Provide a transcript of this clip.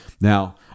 Now